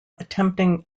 attempting